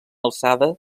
alçada